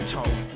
Told